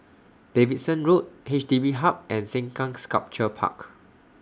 Davidson Road H D B Hub and Sengkang Sculpture Park